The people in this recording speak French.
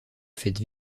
faite